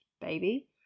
baby